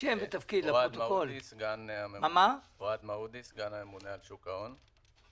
סגן הממונה על שוק ההון.